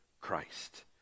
Christ